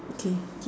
okay